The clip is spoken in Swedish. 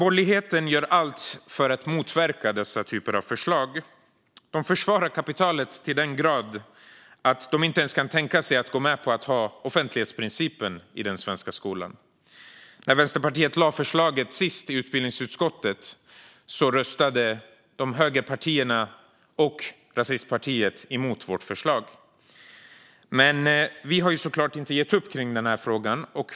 Borgerligheten gör allt för att motverka dessa typer av förslag. De försvarar kapitalet så till den grad att de inte ens kan tänka sig att gå med på att ha offentlighetsprincipen i den svenska skolan. När Vänsterpartiet senast lade fram förslaget i utbildningsutskottet röstade högerpartierna och rasistpartiet emot det. Men vi har såklart inte gett upp kring den frågan.